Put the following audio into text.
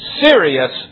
serious